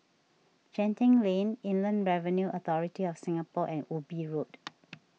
Genting Lane Inland Revenue Authority of Singapore and Ubi Road